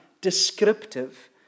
descriptive